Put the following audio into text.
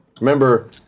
Remember